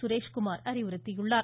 சுரேஷ்குமார் அறிவுறுத்தியுள்ளார்